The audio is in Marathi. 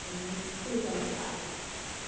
ठीक आहे ना चालेल